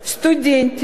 סטודנטית